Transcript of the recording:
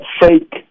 fake